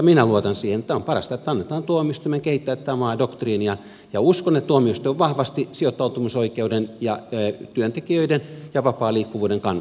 minä luotan siihen että on parasta että annetaan tuomioistuimen kehittää tätä omaa doktriiniaan ja uskon että tuomioistuin on vahvasti sijoittautumisoikeuden ja työntekijöiden vapaan liikkuvuuden kannalla